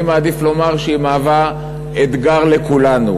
אני מעדיף לומר שהיא מהווה אתגר לכולנו.